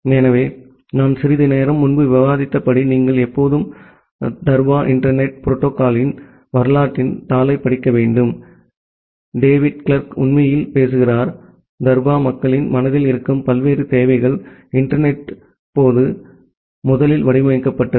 எனவே நான் சிறிது நேரம் முன்பு விவாதித்தபடி நீங்கள் எப்போதும் தர்பா இன்டர்நெட் புரோட்டோகால்யின் வரலாற்றின் தாளைப் படிக்க வேண்டும் டேவிட் கிளார்க் உண்மையில் பேசுகிறார் தர்பா மக்களின் மனதில் இருக்கும் பல்வேறு தேவைகள் இன்டர்நெட் ம் போது முதலில் வடிவமைக்கப்பட்டது